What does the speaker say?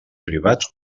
privats